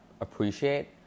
appreciate